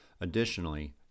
Additionally